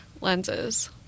lenses